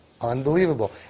Unbelievable